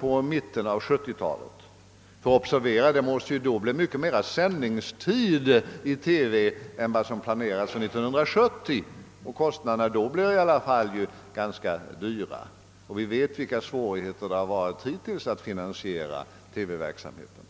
vid mitten av 1970-talet? Det måste nämligen bli mycket mera sändningstid i TV än vad som planerats för 1970 och kostnaderna blir då höga. Vi vet vilka svårigheter det varit hittills att finansiera TV-verksamheten.